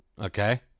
Okay